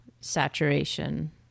saturation